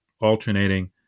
alternating